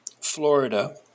Florida